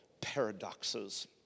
paradoxes